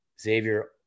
xavier